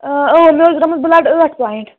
آ مےٚ اوس درٛامُت بُلڈ ٲٹھ پواینٛٹ